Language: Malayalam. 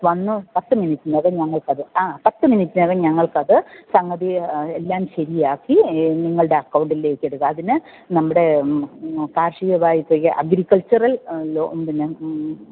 വന്നു പത്ത് മിനിറ്റിനകം ഞങ്ങൾക്കത് ആ പത്തു മിനിറ്റിനകം ഞങ്ങൾക്കത് സംഗതി എല്ലാം ശരിയാക്കി നിങ്ങളുടെ അക്കൗണ്ടിലേക്കിടുക അതിന് നമ്മുടെ കാർഷിക വായ്പയ്ക്ക് അഗ്രിക്കൾച്ചറൽ ലോ പിന്നെ